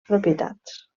propietats